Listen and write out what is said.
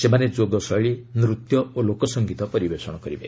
ସେମାନେ ଯୋଗ ଶୈଳୀ ନୂତ୍ୟ ଓ ଲୋକ ସଙ୍ଗୀତ ପରିବେଷଣ କରିବେ